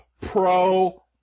pro